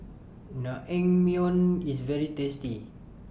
Naengmyeon IS very tasty